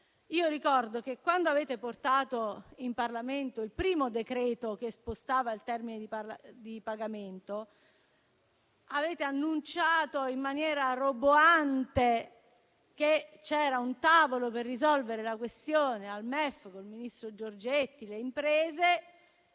Ricordo che quando avete portato in Parlamento il primo decreto-legge che spostava il termine di pagamento, avete annunciato in maniera roboante che c'era un tavolo per risolvere la questione al MEF col ministro Giorgetti e le imprese.